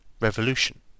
revolution